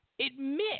admit